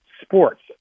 sports